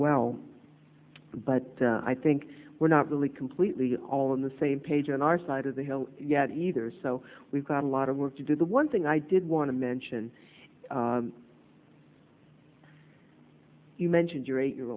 well but i think we're not really completely all on the same page on our side of the hill yet either so we've got a lot of work to do the one thing i did want to mention you mentioned your eight year